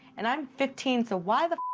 and i'm fifteen, so why the.